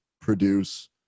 produce